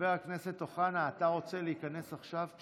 חבר הכנסת אוחנה, אתה רוצה להיכנס עכשיו?